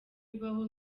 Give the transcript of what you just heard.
ibaho